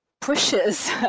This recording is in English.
pushes